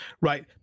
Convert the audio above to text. Right